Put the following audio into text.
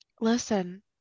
Listen